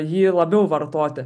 jį labiau vartoti